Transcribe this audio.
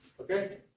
Okay